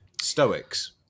Stoics